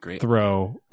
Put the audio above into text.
throw